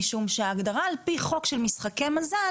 משום שההגדרה של "משחקי מזל"